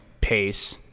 pace